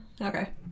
Okay